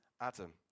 Adam